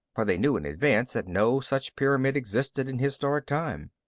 for they knew in advance that no such pyramid existed in historic time.